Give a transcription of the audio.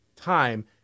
time